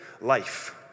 life